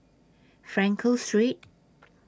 Frankel Street